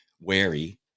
wary